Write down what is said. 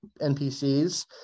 NPCs